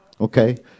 Okay